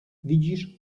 widzisz